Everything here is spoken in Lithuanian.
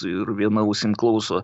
ir viena ausim klauso